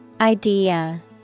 Idea